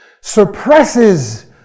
suppresses